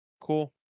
Cool